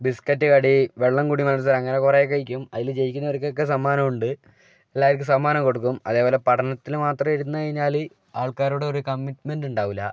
biscuit കടി വെള്ളംകുടി മത്സരം അങ്ങനെ കുറേ കളിക്കും അതിൽ ജയിക്കുന്നവർക്കൊക്കെ സമ്മാനം ഉണ്ട് എല്ലാവർക്കും സമ്മാനം കൊടുക്കും അതുപോലെ പഠനത്തിന് മാത്രം ഇരുന്നു കഴിഞ്ഞാൽ ആൾക്കാരോട് ഒരു കമ്മിറ്റ്മെൻ്റ് ഉണ്ടാവില്ല